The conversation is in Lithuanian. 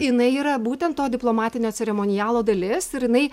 jinai yra būtent to diplomatinio ceremonialo dalies ir jinai